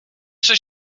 seš